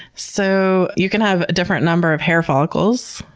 so you can have a different number of hair follicles.